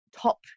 top